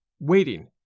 waiting